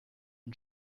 und